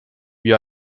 wie